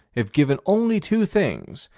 if given only two things,